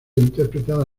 interpretada